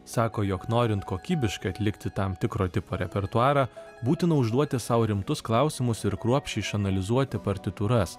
sako jog norint kokybiškai atlikti tam tikro tipo repertuarą būtina užduoti sau rimtus klausimus ir kruopščiai išanalizuoti partitūras